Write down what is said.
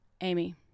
Amy